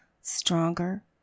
stronger